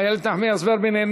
איילת נחמיאס ורבין,